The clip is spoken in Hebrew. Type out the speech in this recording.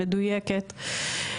מדויקת.